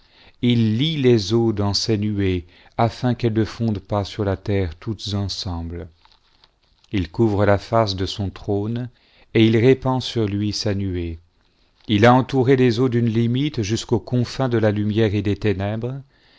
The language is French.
il l les eaux dans ses nuées afin qu'elles ne fondent pas sur la terre toutes ensemble il couvre la face de son trône et it répand sur lui sa nuée il a entouré les eaux d'une limite jusqu'aux confins de la lumière et des ténèbres